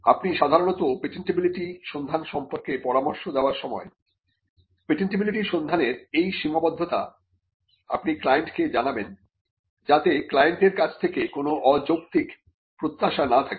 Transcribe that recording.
আপনি সাধারণত পেটেন্টিবিলিটি সন্ধান সম্পর্কে পরামর্শ দেওয়ার সময় পেটেন্টিবিলিটি সন্ধানের এই সীমাবদ্ধতা আপনি ক্লায়েন্টকে জানাবেন যাতে ক্লায়েন্টের কাছ থেকে কোন অযৌক্তিক প্রত্যাশা না থাকে